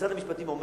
משרד המשפטים אומר